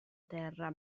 terra